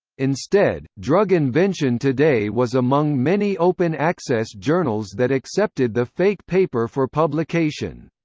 instead, drug invention today was among many open access journals that accepted the fake paper for publication.